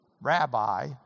rabbi